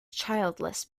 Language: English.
childless